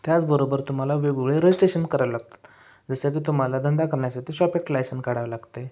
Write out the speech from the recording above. त्याचबरोबर तुम्हाला वेगवेगळे रजिस्ट्रेशन करावं लागतात जसं की तुम्हाला धंदा करण्यासाठी शॉप ॲक्ट लायसन काढावं लागते